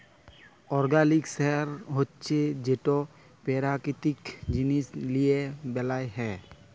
organic সার হছে যেট পেরাকিতিক জিনিস লিঁয়ে বেলাল হ্যয়